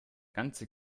ganze